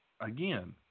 again